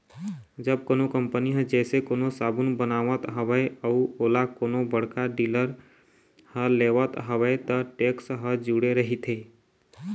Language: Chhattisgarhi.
जब कोनो कंपनी ह जइसे कोनो साबून बनावत हवय अउ ओला कोनो बड़का डीलर ह लेवत हवय त टेक्स ह जूड़े रहिथे